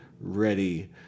ready